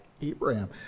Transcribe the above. Abraham